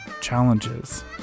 challenges